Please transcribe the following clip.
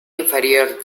inferior